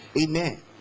amen